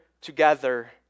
together